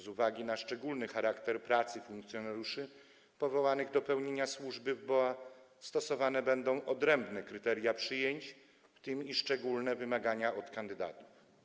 Z uwagi na szczególny charakter pracy funkcjonariuszy powołanych do pełnienia służby w BOA stosowane będą odrębne kryteria przyjęcia, w tym szczególne wymagania wobec kandydatów.